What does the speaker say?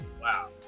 Wow